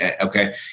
Okay